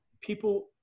People